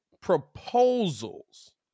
proposals